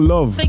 Love